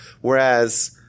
Whereas